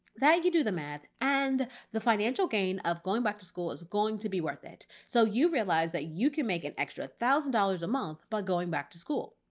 that you do the math and the financial gain of going back to school is going to be worth it. so you realize that you can make an extra thousand dollars a month by going back to school.